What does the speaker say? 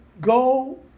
Go